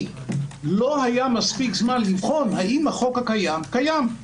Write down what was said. לא היה מספיק זמן לבחון האם החוק הקיים קיים.